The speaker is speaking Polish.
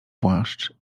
płaszcz